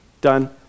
Done